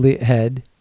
head